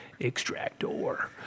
Extractor